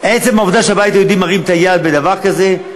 עצם העובדה שהבית היהודי מרים את היד בדבר כזה,